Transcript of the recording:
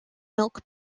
milk